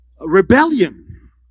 rebellion